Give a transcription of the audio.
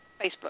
Facebook